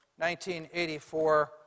1984